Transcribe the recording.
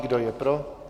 Kdo je pro?